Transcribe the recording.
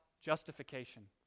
justification